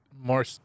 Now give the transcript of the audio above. More